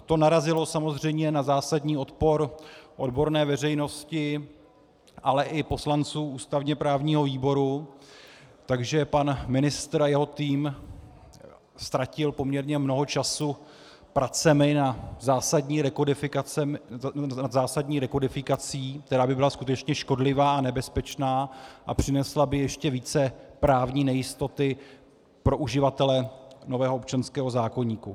To narazilo samozřejmě na zásadní odpor odborné veřejnosti, ale i poslanců ústavněprávního výboru, takže pan ministr a jeho tým ztratili poměrně mnoho času pracemi nad zásadní rekodifikací, která by byla skutečně škodlivá a nebezpečná a přinesla by ještě více právní nejistoty pro uživatele nového občanského zákoníku.